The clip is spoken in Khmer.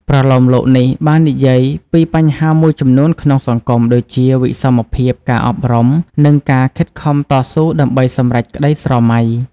ប្រលោមលោកនេះបាននិយាយពីបញ្ហាមួយចំនួនក្នុងសង្គម ដូចជាវិសមភាព ការអប់រំ និងការខិតខំតស៊ូដើម្បីសម្រេចក្ដីស្រមៃ។